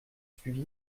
suivi